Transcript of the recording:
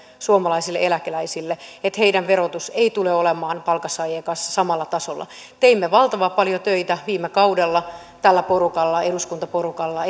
suomalaisille eläkeläisille että heidän verotuksensa ei tule olemaan palkansaajien kanssa samalla tasolla teimme valtavan paljon töitä viime kaudella tällä porukalla eduskuntaporukalla